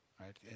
right